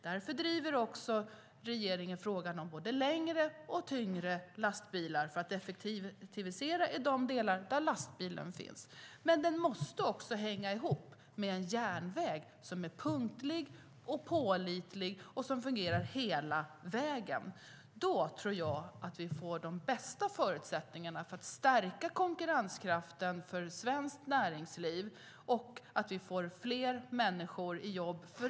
Därför driver också regeringen frågan om längre och tyngre lastbilar för att effektivisera i de delar där lastbilen finns. Men det måste också hänga ihop med en järnväg som är punktlig och pålitlig och fungerar hela vägen. Då tror jag att vi får de bästa förutsättningarna för att stärka konkurrenskraften för svenskt näringsliv och får fler människor i jobb.